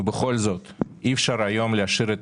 ובכל זאת אי אפשר להשאיר את